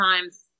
times